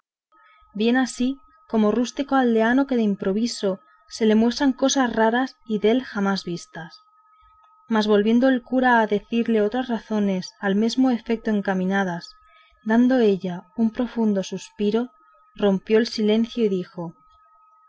bien así como rústico aldeano que de improviso se le muestran cosas raras y dél jamás vistas mas volviendo el cura a decirle otras razones al mesmo efeto encaminadas dando ella un profundo suspiro rompió el silencio y dijo